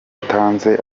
utanze